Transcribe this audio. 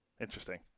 Interesting